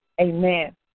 Amen